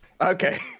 okay